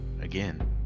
again